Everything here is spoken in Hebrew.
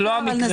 זה לא המקרה.